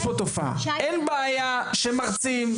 אין בעיה שמרצים,